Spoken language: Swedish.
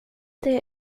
det